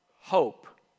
hope